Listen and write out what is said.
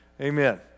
Amen